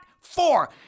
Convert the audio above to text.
four